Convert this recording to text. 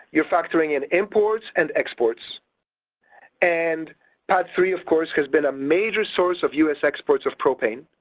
you're factoring in imports and exports and padd three of course has been a major source of u s. exports of propane,